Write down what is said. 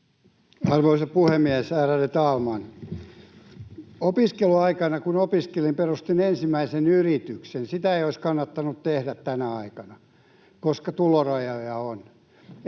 Arvoisa puhemies, ärade talman! Opiskeluaikana, kun opiskelin, perustin ensimmäisen yrityksen. Sitä ei olisi kannattanut tehdä tänä aikana, koska tulorajoja on.